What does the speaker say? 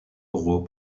oraux